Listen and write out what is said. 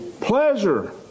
pleasure